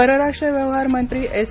परराष्ट्र व्यवहार मंत्री एस